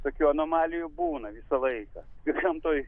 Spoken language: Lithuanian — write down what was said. tokių anomalijų būna visą laiką ir gamtoj